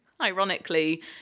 ironically